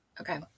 okay